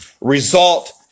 result